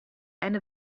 eine